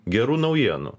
gerų naujienų